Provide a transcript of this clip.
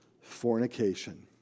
fornication